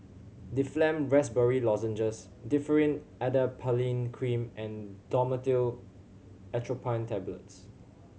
Difflam Raspberry Lozenges Differin Adapalene Cream and Dhamotil Atropine Tablets